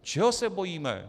Čeho se bojíme?